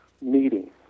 meeting